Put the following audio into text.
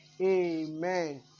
Amen